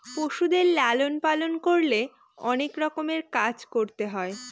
পশুদের লালন পালন করলে অনেক রকমের কাজ করতে হয়